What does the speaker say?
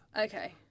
Okay